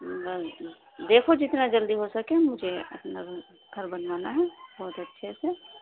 دیکھو جتنا جلدی ہو سکے مجھے اپنا گھر بنوانا ہے بہت اچھے سے